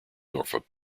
norfolk